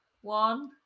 One